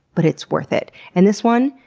but it's worth it and this one,